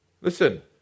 Listen